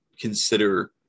consider